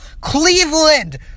Cleveland